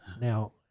Now